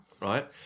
right